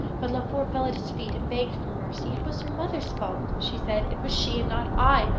but laufer fell at his feet and begged for mercy. it was her mother's fault, she said it was she, and not i,